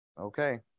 Okay